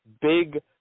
big